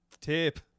tip